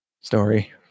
story